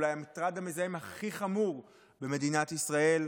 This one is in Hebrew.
אולי המטרד המזהם הכי חמור במדינת ישראל,